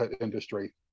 industry